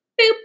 boop